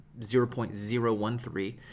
0.013